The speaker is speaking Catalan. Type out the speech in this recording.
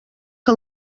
que